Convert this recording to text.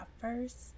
first